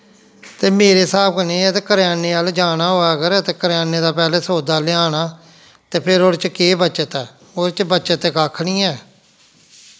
ते मेरे स्हाब कन्नै एह् ते करेआने अल्ल जाना होऐ अगर ते करेआने दा पैह्लें सौदा लेआना ते फिर ओह्दे च केह् बच्चत ऐ ओह्दे च ते बच्चत कक्ख निं ऐ